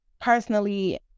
personally